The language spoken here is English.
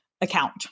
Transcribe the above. account